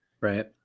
Right